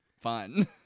fun